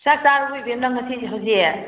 ꯆꯥꯛ ꯆꯥꯔꯕꯣ ꯏꯕꯦꯝ ꯅꯪ ꯉꯁꯤꯁꯤ ꯍꯧꯖꯤꯛ